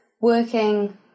working